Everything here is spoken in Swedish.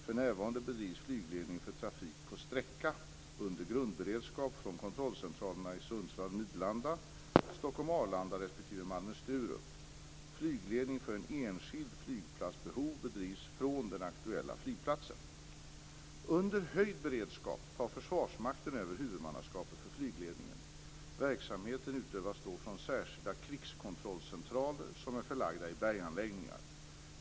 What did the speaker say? För närvarande bedrivs flygledning för trafik "på sträcka" under grundberedskap från kontrollcentralerna i Sundsvall Arlanda respektive Malmö/Sturup. Flygledning för en enskild flygplats behov bedrivs från den aktuella flygplatsen. Under höjd beredskap tar Försvarsmakten över huvudmannaskapet för flygledningen. Verksamheten utövas då från särskilda krigskontrollcentraler som är förlagda i berganläggningar.